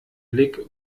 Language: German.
blick